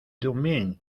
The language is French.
domaine